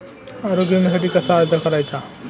आरोग्य विम्यासाठी कसा अर्ज करायचा?